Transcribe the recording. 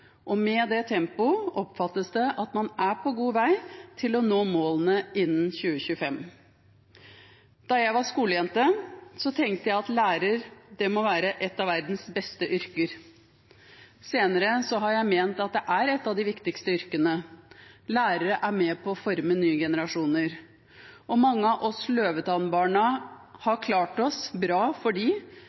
Og med dette tempoet oppfattes det at man er på god vei til å nå målene innen 2025. Da jeg var skolejente, tenkte jeg at å være lærer må være et av verdens beste yrker. Senere har jeg ment at det er et av de viktigste yrkene. Lærere er med på å forme nye generasjoner. Og mange av oss løvetannbarna har klart oss bra fordi de